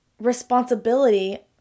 responsibility